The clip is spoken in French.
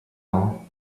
ans